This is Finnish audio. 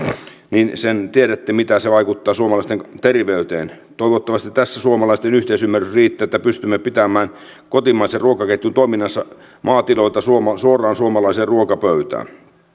niin sen tiedätte mitä se vaikuttaa suomalaisten terveyteen toivottavasti tässä suomalaisten yhteisymmärrys riittää että pystymme pitämään kotimaisen ruokaketjun toiminnassa maatiloilta suoraan suoraan suomalaiseen ruokapöytään